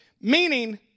meaning